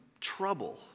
trouble